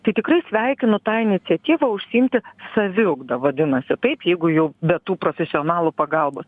tai tikrai sveikinu tą iniciatyvą užsiimti saviugda vadinasi taip jeigu jau be tų profesionalų pagalbos